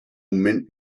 mint